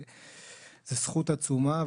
זו זכות עצומה,